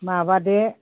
माबादे